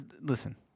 listen